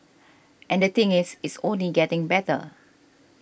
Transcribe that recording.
and the thing is it's only getting better